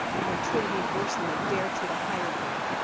and they treated me worse than they dare treat a hired girl.